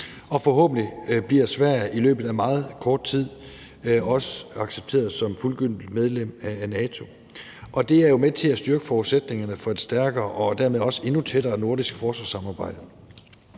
og forhåbentlig bliver Sverige i løbet af meget kort tid også accepteret som fuldgyldigt medlem af NATO. Det er med til at styrke forudsætningerne for et stærkere og dermed også endnu tættere nordisk forsvarssamarbejde.